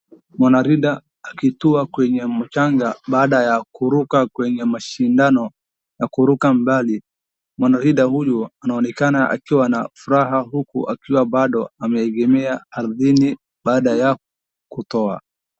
Mwanariadha akitua kwenye mchanga baada ya kuruka kwenye mashindano ya kuruka mbali. Mwanariadha huyu anaonekana akiwa na furaha huku akiwa bado ameegemea ardhini baada ya kutua.